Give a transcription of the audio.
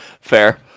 Fair